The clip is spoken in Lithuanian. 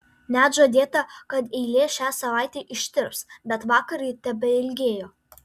net žadėta kad eilė šią savaitę ištirps bet vakar ji tebeilgėjo